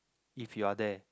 if you are there